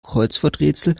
kreuzworträtsel